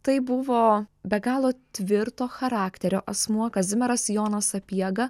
tai buvo be galo tvirto charakterio asmuo kazimieras jonas sapiega